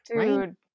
dude